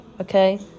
okay